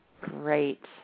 Great